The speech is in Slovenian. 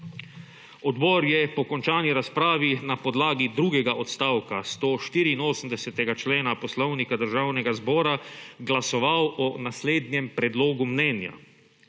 Odbor je po končani razpravi na podlagi drugega odstavka 184. člena Poslovnika Državnega zbora glasoval o naslednjem predlogu mnenja: